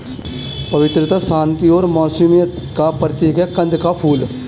पवित्रता, शांति और मासूमियत का प्रतीक है कंद का फूल